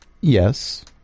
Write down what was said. Yes